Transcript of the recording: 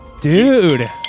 Dude